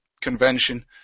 convention